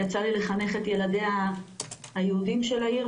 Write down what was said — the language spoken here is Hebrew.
יצא לי לחנך את ילדיה היהודים של העיר,